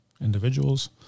individuals